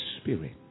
Spirit